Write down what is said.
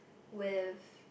with